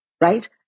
right